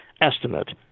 estimate